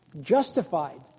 justified